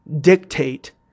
dictate